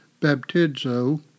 baptizo